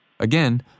Again